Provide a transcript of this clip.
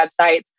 websites